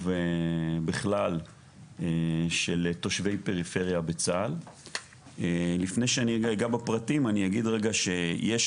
ובכלל של תושבי פריפריה בצה"ל לפני שאני אגע בפרטים אני אגיד רגע שיש